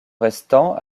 restant